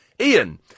Ian